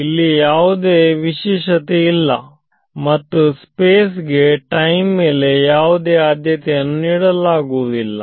ಇಲ್ಲಿ ಯಾವುದೇ ವಿಶೇಷತೆ ಇಲ್ಲ ಮತ್ತು ಸ್ಪೇಸ್ ಗೆ ಟೈಮ್ ಮೇಲೆ ಯಾವುದೇ ಆದ್ಯತೆಯನ್ನು ನೀಡಲಾಗುವುದಿಲ್ಲ